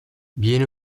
viene